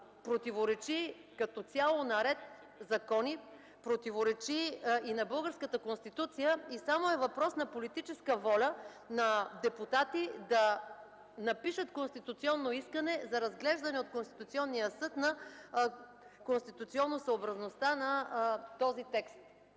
противоречи като цяло на ред закони, противоречи и на българската Конституция, и е въпрос само на политическа воля на депутатите да напишат конституционно искане за разглеждане от Конституционния съд на конституционносъобразността на този текст.